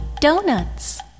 Donuts